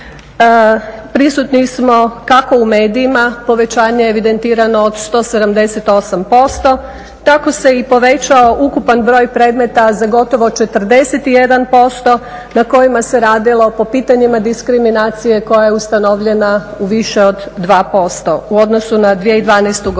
prisutni smo kako u medijima, povećanje evidentirano od 178%, tako se i povećao ukupan broj predmeta za gotovo 41% na kojima se radilo po pitanjima diskriminacije koja je ustanovljena u više od 2% u odnosu na 2012. godinu.